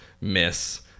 miss